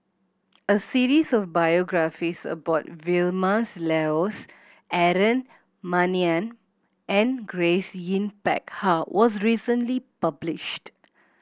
a series of biographies about Vilma Laus Aaron Maniam and Grace Yin Peck Ha was recently published